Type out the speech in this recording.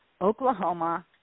oklahoma